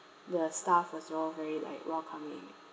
the staff was all very like welcoming